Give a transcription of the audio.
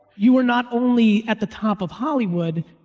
you are not only at the top of hollywood,